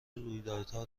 رویدادها